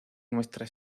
nuestra